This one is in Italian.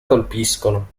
colpiscono